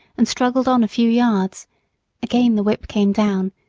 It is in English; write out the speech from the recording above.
and struggled on a few yards again the whip came down,